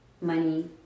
Money